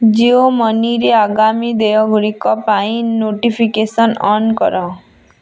ଜିଓ ମନିରେ ଆଗାମୀ ଦେୟଗୁଡ଼ିକ ପାଇଁ ନୋଟିଫିକେସନ୍ ଅନ୍ କର